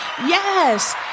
Yes